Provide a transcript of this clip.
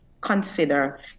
consider